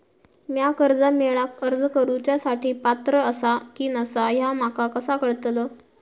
म्या कर्जा मेळाक अर्ज करुच्या साठी पात्र आसा की नसा ह्या माका कसा कळतल?